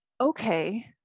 okay